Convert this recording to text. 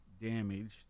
damaged